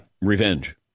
revenge